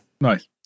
Nice